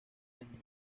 desnudo